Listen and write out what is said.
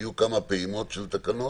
היו כמה פעימות של תקנות,